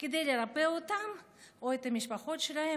כדי לרפא אותם או את המשפחות שלהם,